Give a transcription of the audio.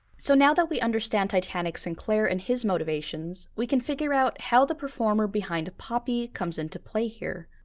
so now that we understand titanic sinclair and his motivations, we can figure out how the performer behind poppy comes into play here.